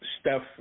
Steph